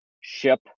ship